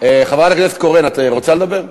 חברת הכנסת קורן, את רוצה לדבר?